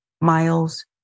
miles